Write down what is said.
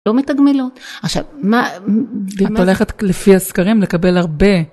לא מתגמלות, עכשיו מה.. את הולכת לפי הסקרים לקבל הרבה.